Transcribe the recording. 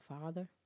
father